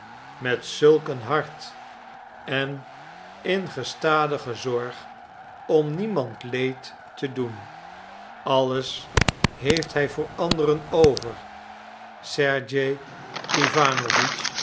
met zulk een hart en in gestadige zorg om niemand leed te doen alles heeft hij voor anderen over sergej